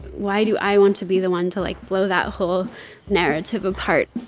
why do i want to be the one to, like, blow that whole narrative apart?